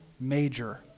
major